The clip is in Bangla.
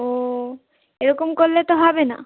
ও এরকম করলে তো হবে না